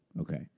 Okay